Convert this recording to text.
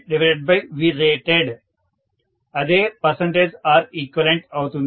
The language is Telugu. అదే Req అవుతుంది